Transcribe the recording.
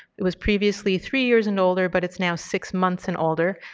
it was previously three years and older, but it's now six months and older.